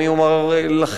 אני אומר לכם,